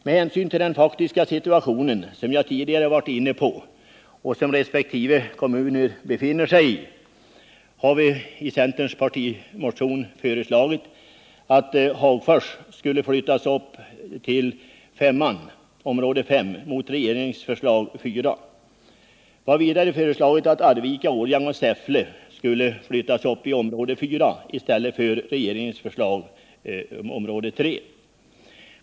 Med hänsyn till den faktiska situation som jag tidigare varit inne på och som resp. kommuner befinner sig i har vi i centerns partimotion föreslagit att Hagfors skulle flyttas upp till område 5 mot regeringens förslag om område 4. Vi har vidare föreslagit att Arvika, Årjäng och Säffle skulle flyttas upp till område 4 mot regeringens förslag om område 3.